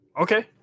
Okay